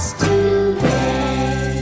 today